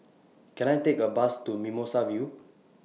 Can I Take A Bus to Mimosa View